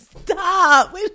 Stop